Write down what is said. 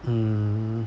hmm